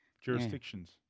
jurisdictions